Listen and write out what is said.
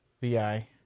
VI